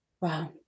wow